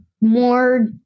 more